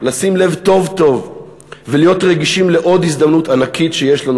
לשים לב טוב-טוב ולהיות רגישים לעוד הזדמנות ענקית שיש לנו